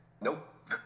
Nope